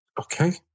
Okay